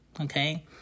Okay